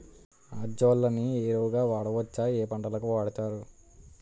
Azolla ని ఎరువు గా వాడొచ్చా? ఏ పంటలకు వాడతారు?